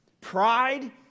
Pride